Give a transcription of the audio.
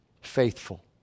faithful